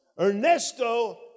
Ernesto